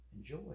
Enjoy